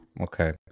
okay